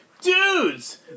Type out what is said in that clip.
Dudes